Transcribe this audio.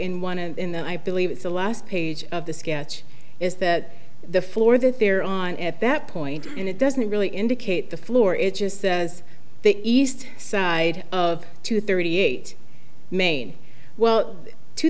in one and then i believe the last page of the sketch is that the floor that they're on at that point and it doesn't really indicate the floor it just says the east side of two thirty eight main well two